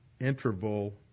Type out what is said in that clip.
interval